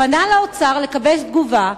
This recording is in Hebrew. הוא פנה לאוצר לקבל תגובה,